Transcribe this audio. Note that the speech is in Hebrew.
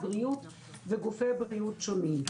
הבריאות וגופי בריאות שונים.